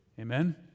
Amen